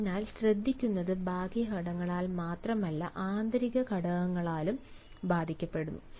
അതിനാൽ ശ്രദ്ധിക്കുന്നത് ബാഹ്യ ഘടകങ്ങളാൽ മാത്രമല്ല ആന്തരിക ഘടകങ്ങളാലും ബാധിക്കപ്പെടുന്നു